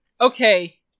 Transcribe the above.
okay